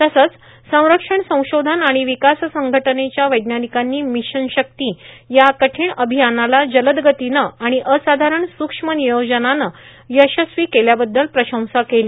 तसंच संरक्षण संशोधन आणि विकास संघटनेच्या वैज्ञानिकांनी मिशन शक्ति या कठीण अभियानाला जलद गतीनं आणि असाधारण सूक्ष्म नियोजनानं यशस्वी केल्याबद्दल प्रशंसा केली